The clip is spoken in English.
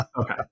Okay